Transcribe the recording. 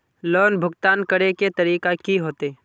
Loan भुगतान करे के तरीका की होते?